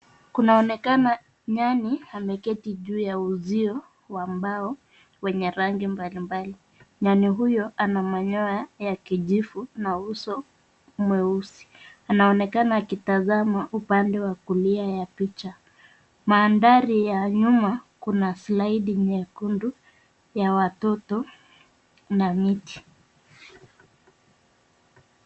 Kunaonekana nyani ameketi juu ya uzio wa mbao wenye rangi mbalimbali. Nyani huyo ana manyoya ya kijivu na uso mweusi. Anaonekana akitazama upande wa kulia ya picha. Mandhari ya nyuma kuna slide nyekundu ya watoto na miti.